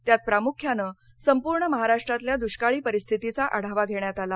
त्यात प्रामुख्याने संपूर्ण महाराष्ट्रातल्या दृष्काळी परिस्थितीचा आढावा घेण्यात आला